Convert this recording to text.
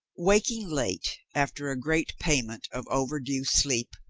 waking late, after a great payment of over due sleep,